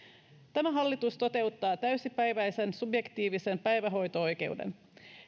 tämä hallitus toteuttaa täysipäiväisen subjektiivisen päivähoito oikeuden